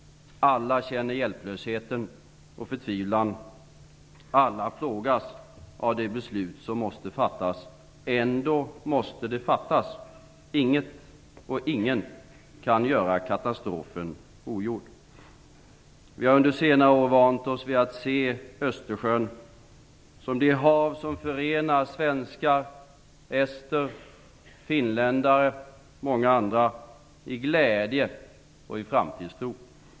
Alla känner hjälplösheten och förtvivlan, alla plågas av det beslut som måste fattas. Ändå måste det fattas. Inget och ingen kan göra katastrofen ogjord. Vi har under senare år vant oss vid att se Östersjön som det hav som förenar svenskar, ester, finländare och många andra i glädje och i framtidstro.